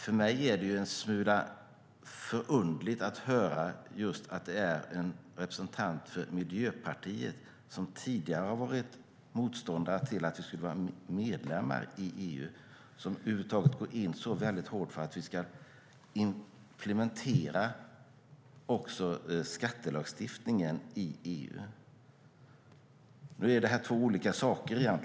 För mig är det en smula förunderligt att höra att det är en representant för Miljöpartiet, som tidigare har varit motståndare till att vi skulle vara medlemmar i EU, som går in så här hårt för att vi ska implementera också skattelagstiftningen i EU. Det här är egentligen två olika saker.